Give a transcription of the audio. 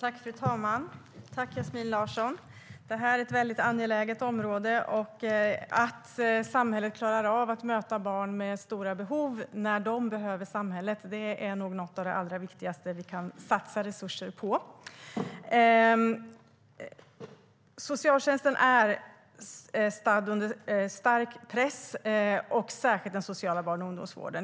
Fru talman! Jag tackar Yasmine Larsson för frågan. Det här är ett angeläget område. Att samhället klarar av att möta barn med stora behov när de behöver samhället är något av det viktigaste vi kan satsa resurser på. Socialtjänsten är under stark press, särskilt den sociala barn och ungdomsvården.